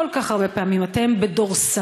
כל כך הרבה פעמים אתם בדורסנות